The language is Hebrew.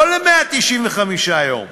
לא ל-195 יום,